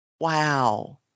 Wow